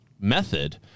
method